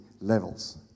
levels